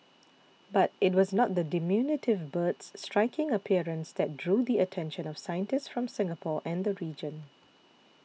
but it was not the diminutive bird's striking appearance that drew the attention of scientists from Singapore and the region